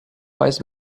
wise